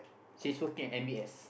she's working in M_B_S